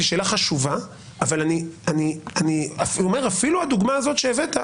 היא שאלה חשובה אבל אני אומר שאפילו הדוגמה הזאת שהבאת,